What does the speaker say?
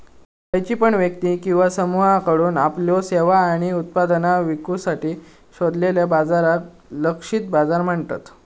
खयची पण व्यक्ती किंवा समुहाकडुन आपल्यो सेवा आणि उत्पादना विकुसाठी शोधलेल्या बाजाराक लक्षित बाजार म्हणतत